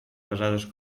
pesades